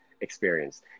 experience